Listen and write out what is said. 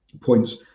points